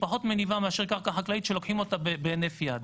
פחות מניבה מאשר קרקע חקלאית שלוקחים אותה בהינף יד.